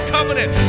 Covenant